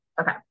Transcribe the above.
Okay